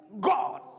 God